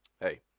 hey